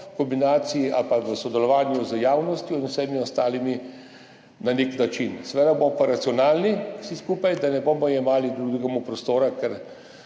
v kombinaciji ali v sodelovanju z javnostjo in vsemi ostalimi na nek način. Seveda bomo pa racionalni vsi skupaj, da ne bomo jemali drug drugemu prostora,